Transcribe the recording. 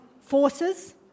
forces